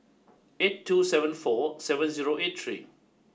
eight two seven four seven zero eight three